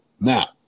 Now